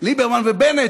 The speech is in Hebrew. ליברמן ובנט,